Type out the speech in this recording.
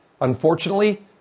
Unfortunately